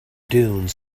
dune